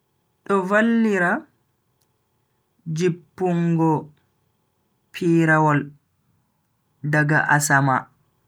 Do vallira jippungo pirawol daga asama.